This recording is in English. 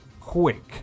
quick